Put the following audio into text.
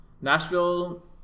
Nashville